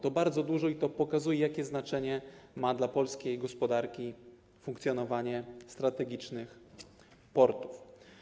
To jest bardzo dużo i to pokazuje, jakie znaczenie ma dla polskiej gospodarki funkcjonowanie strategicznych portów.